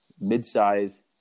mid-size